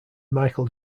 michael